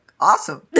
awesome